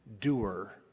doer